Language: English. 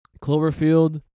Cloverfield